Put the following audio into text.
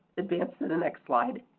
advance to the next slide.